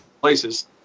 places